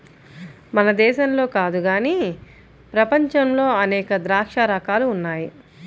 మన దేశంలో కాదు గానీ ప్రపంచంలో అనేక ద్రాక్ష రకాలు ఉన్నాయి